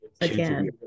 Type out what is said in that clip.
Again